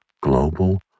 global